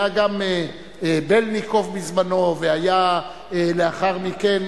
היה גם בלינקוב בזמנו, לאחר מכן,